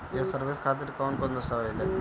ये सर्विस खातिर कौन कौन दस्तावेज लगी?